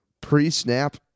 pre-snap